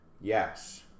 Yes